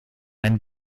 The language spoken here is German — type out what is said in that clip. ein